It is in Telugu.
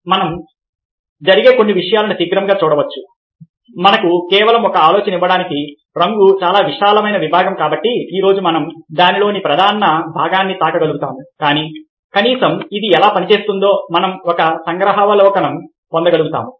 మనం జరిగే కొన్ని విషయాలను శీఘ్రంగా చూడవచ్చు మనకు కేవలం ఒక ఆలోచన ఇవ్వడానికి రంగు చాలా విశాలమైన విభాగము కాబట్టి ఈ రోజు మనం దానిలోని ప్రధాన భాగాన్ని తాకగలుగుతాము కానీ కనీసం ఇది ఎలా పనిచేస్తుందో మనం ఒక సంగ్రహావలోకనం పొందగలుగుతాము